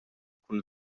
cun